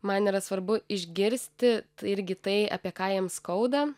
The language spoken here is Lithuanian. man yra svarbu išgirsti irgi tai apie ką jiem skauda